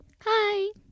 Hi